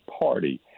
party